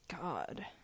God